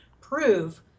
prove